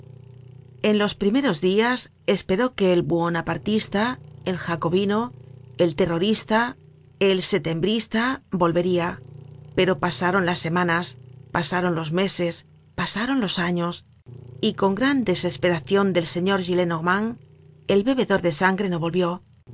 en los primeros dias esperó que el buonapartista el jacobino el terrorista el setem brista volveria pero pasaron las semanas pasaron los meses pasaron los años y con gran desesperacion del señor gillenormand el bebedor de sangre no volvió